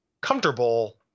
comfortable –